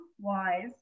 wise